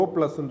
Plus